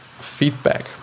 feedback